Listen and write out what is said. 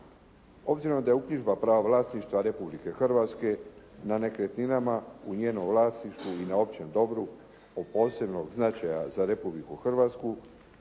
Obzirom da je uknjižba prava vlasništva Republike Hrvatske na nekretninama u njenom vlasništvu i na općem dobru od posebnog značaja za Republiku Hrvatsku,